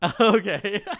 Okay